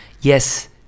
Yes